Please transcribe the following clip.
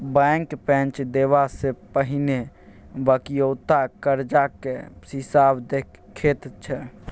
bank पैंच देबा सँ पहिने बकिऔता करजाक हिसाब देखैत छै